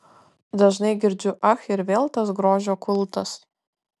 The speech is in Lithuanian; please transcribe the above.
dažnai girdžiu ach ir vėl tas grožio kultas